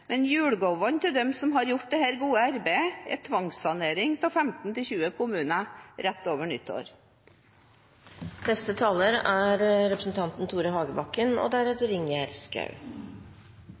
Men julegavene til dem som har gjort dette gode arbeidet, er tvangssanering av 15 til 20 kommuner rett over nyttår.